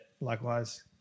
likewise